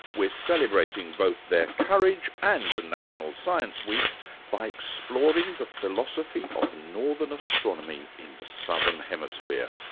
we're celebrating both their courage and national science week by exploring the philosophy of northern astronomy in the southern hemisphere.